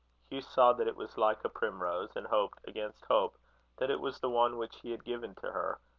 hugh saw that it was like a primrose, and hoped against hope that it was the one which he had given to her,